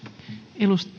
arvoisa